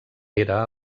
era